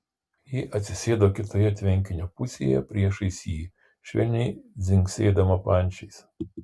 ji atsisėdo kitoje tvenkinio pusėje priešais jį švelniai dzingsėdama pančiais